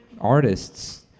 artists